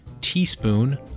teaspoon